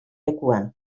lekuan